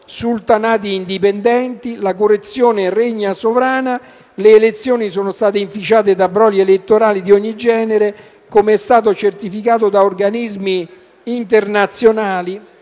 sultanati indipendenti, la corruzione regna sovrana, le elezioni sono state inficiate da brogli elettorali di ogni genere, come è stato certificato da organismi internazionali,